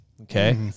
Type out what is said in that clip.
Okay